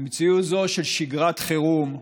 במציאות זו של שגרת חירום,